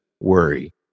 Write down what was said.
worry